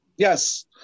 Yes